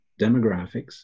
demographics